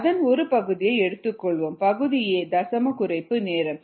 அதன் ஒரு பகுதியை எடுத்துக்கொள்வோம் பகுதி a தசம குறைப்பு நேரம்